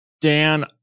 Dan